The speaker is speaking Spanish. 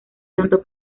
tanto